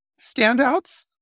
standouts